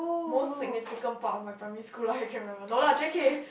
most significant part of my primary school life I can remember no lah J_K